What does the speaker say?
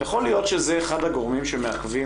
יכול להיות שזה אחד הגורמים שמעכבים